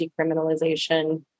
decriminalization